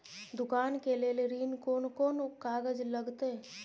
दुकान के लेल ऋण कोन कौन कागज लगतै?